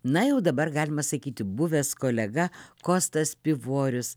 na jau dabar galima sakyti buvęs kolega kostas pivorius